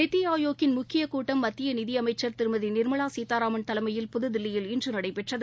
நித்தி ஆயோக்கின் முக்கிய கூட்டம் மத்திய நிதியமைச்சர் திருமதி நிர்மலா சீதாராமன் தலைமையில் புதுதில்லியில் இன்று நடைபெற்றது